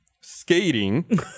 skating